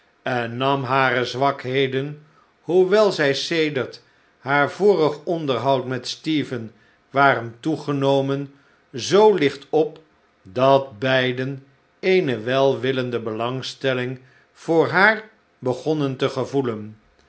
en nam hare zwakheden hoewel zij sedert haar vorig orfderhoud met stephen waren toegenomen zoo licht op dat beiden eene welwillende belangstelling voor haar begonnen te gevoelen